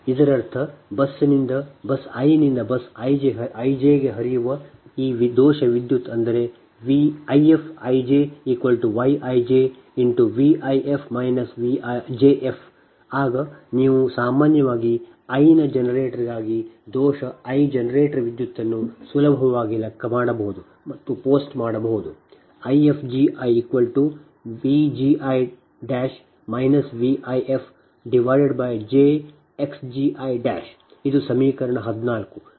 ಇದರರ್ಥ bus i ನಿಂದ bus ij ಗೆ ಹರಿಯುವ ಈ ದೋಷ ವಿದ್ಯುತ್ ಅಂದರೆ IfijyijVif Vjf ಆಗ ನೀವು ಸಾಮಾನ್ಯವಾಗಿ i ನ ಜನರೇಟರ್ಗಾಗಿ ದೋಷ i ಜನರೇಟರ್ ವಿದ್ಯುತ್ಅನ್ನು ಸುಲಭವಾಗಿ ಲೆಕ್ಕಹಾಕಬಹುದು ಮತ್ತು ಪೋಸ್ಟ್ ಮಾಡಬಹುದು Ifgi Vgi Vifjxgi ಇದು ಸಮೀಕರಣ 14